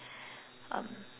um